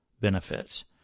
benefits